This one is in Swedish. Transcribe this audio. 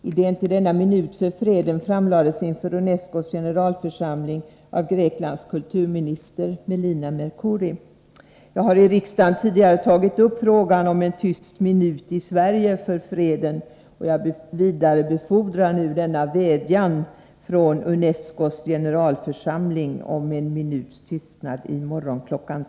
Idén till denna minut för freden framlades inför UNESCOS generalförsamling av Greklands kulturminister Melina Mercuri.” Jag har i riksdagen tidigare tagit upp frågan om en tyst minut i Sverige för freden, och jag vidarebefordrar nu denna vädjan från UNESCO:s generalförsamling om en minuts tystnad i morgon kl.